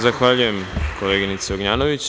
Zahvaljujem, koleginice Ognjanović.